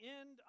end